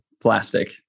plastic